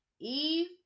Eve